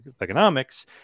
economics